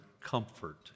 comfort